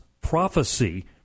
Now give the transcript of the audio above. prophecy